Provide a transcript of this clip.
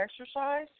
exercise